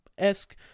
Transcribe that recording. Esque